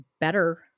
better